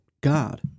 God